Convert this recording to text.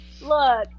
look